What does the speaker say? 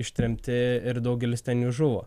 ištremti ir daugelis ten jų žuvo